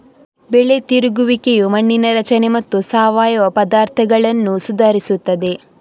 ಬೆಳೆ ತಿರುಗುವಿಕೆಯು ಮಣ್ಣಿನ ರಚನೆ ಮತ್ತು ಸಾವಯವ ಪದಾರ್ಥಗಳನ್ನು ಸುಧಾರಿಸುತ್ತದೆ